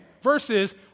Versus